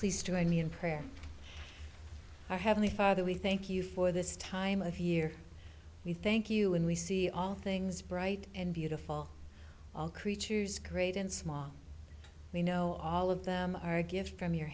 please join me in prayer our heavenly father we thank you for this time of year we thank you and we see all things bright and beautiful all creatures great and small we know all of them are gifts from your